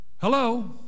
Hello